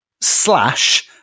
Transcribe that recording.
slash